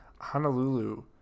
Honolulu